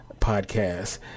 podcast